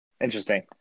Interesting